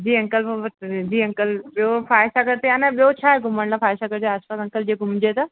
जी uncle मां बसि जी अंकल ॿियो फाइ सागर गॾु ते आन ॿियो छाहे घुमण जे लाइ फाइ सागर जे आसि पासि अंकल जे घुमजे त